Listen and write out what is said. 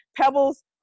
pebbles